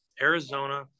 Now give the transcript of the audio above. Arizona